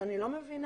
אני לא מבינה